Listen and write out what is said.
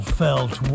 felt